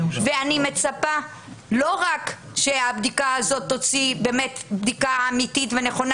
אני מצפה שלא רק שהבדיקה הזאת תהיה באמת בדיקה אמיתית ונכונה